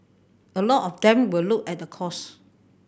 a lot of them will look at the cost